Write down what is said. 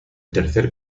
tercer